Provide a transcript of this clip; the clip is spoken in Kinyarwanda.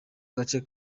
gace